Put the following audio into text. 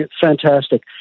fantastic